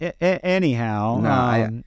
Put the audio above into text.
anyhow